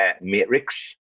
Matrix